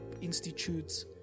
Institute's